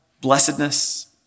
blessedness